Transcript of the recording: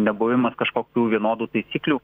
nebuvimas kažkokių vienodų taisyklių